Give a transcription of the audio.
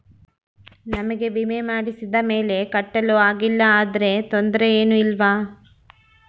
ನಮಗೆ ವಿಮೆ ಮಾಡಿಸಿದ ಮೇಲೆ ಕಟ್ಟಲು ಆಗಿಲ್ಲ ಆದರೆ ತೊಂದರೆ ಏನು ಇಲ್ಲವಾ?